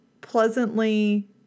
pleasantly